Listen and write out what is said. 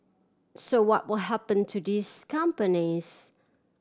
so what will happen to these companies